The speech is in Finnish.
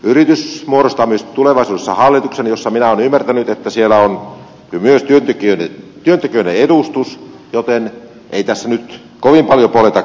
yritys muodostaa myös tulevaisuudessa hallituksen jossa minä olen ymmärtänyt on myös työntekijöiden edustus joten ei tässä nyt kovin paljon poljeta ketään